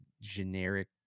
generic